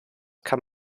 kann